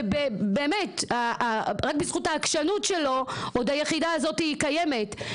רק בזכות העקשנות שלו עוד היחידה הזאת קיימת.